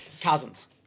cousins